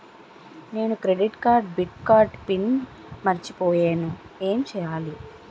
నేను credit card debit card PIN మర్చిపోయేను ఎం చెయ్యాలి?